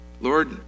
Lord